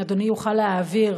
אם אדוני יוכל להעביר,